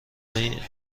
این